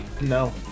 No